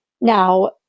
Now